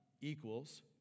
equals